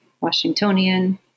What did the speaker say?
Washingtonian